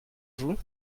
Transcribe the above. vous